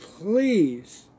please